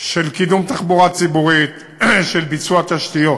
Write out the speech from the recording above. של קידום תחבורה ציבורית, של ביצוע תשתיות,